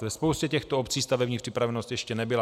Ve spoustě těchto obcí stavební připravenost ještě nebyla.